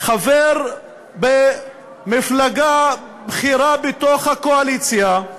חבר במפלגה בכירה בתוך הקואליציה,